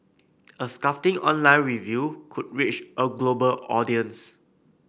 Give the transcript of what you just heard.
a scathing online review could reach a global audience